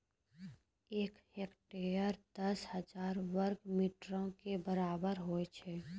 एक हेक्टेयर, दस हजार वर्ग मीटरो के बराबर होय छै